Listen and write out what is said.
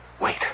wait